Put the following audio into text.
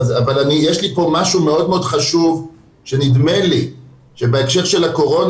אבל יש לי פה משהו מאוד חשוב שנדמה לי שבהקשר של הקורונה